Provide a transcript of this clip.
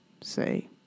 say